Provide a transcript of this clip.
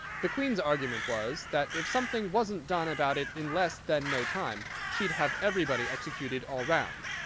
the queen's argument was, that if something wasn't done about it in less than no time, she'd have everybody executed all round.